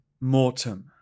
mortem